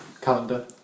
calendar